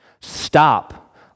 Stop